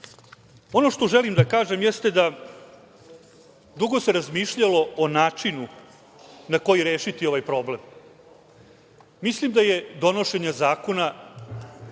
što želim da kažem jeste da se dugo razmišljalo o načinu na koji rešiti ovaj problem. Mislim da je donošenje zakona